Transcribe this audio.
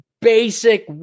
basic